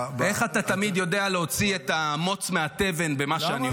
איך אתה תמיד יודע להוציא את המוץ מהתבן במה שאני אומר?